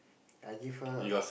I give her